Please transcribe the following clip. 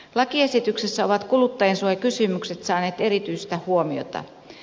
lakiesityksessä ovat kuluttajansuojakysymykset saaneet erityistä huomiota